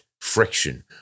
friction